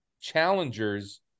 challengers